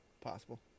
Possible